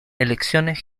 elecciones